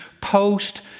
post